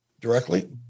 directly